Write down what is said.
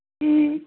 जी